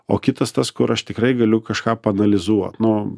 o kitas tas kur aš tikrai galiu kažką paanalizuoti na